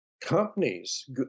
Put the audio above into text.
companies